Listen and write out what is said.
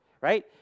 Right